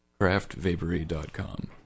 craftvapery.com